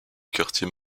quartier